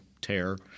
tear